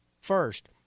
First